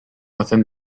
within